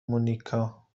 مونیکا